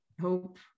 hope